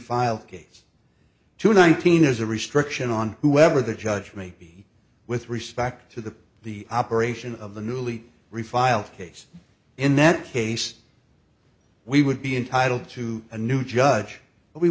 filed case two nineteen is a restriction on whoever the judge me with respect to the the operation of the newly refile case in that case we would be entitled to a new judge